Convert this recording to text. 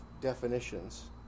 definitions